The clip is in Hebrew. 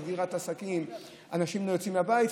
סגירת עסקים ואנשים לא יוצאים מהבית,